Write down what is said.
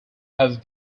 have